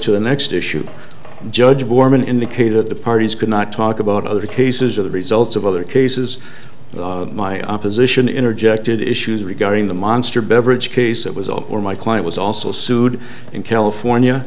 to the next issue judge borman indicated the parties could not talk about other cases or the results of other cases my opposition interjected issues regarding the monster beverage case it was all or my client was also sued in california